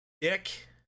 Dick